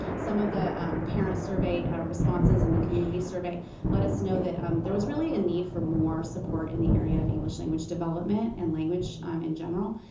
some of the parent survey responses in the community survey let us know that there was really a need for more support in the area of english language development and language um in general.